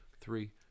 three